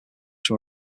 from